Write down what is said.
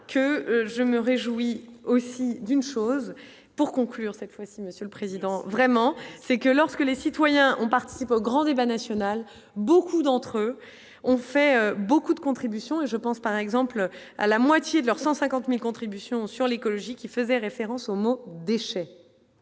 que je me réjouis aussi d'une chose pour conclure cette fois-ci, Monsieur le Président, vraiment c'est que lorsque les citoyens on participe au grand débat national, beaucoup d'entre eux ont fait beaucoup de contributions et je pense par exemple à la moitié de leurs 150000 contributions sur l'écologie qui faisait référence au mot déchets,